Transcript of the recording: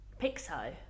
Pixo